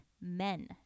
men